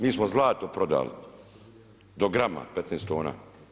Mi smo zlato prodali do grama, 15 tona.